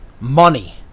money